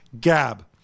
gab